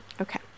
okay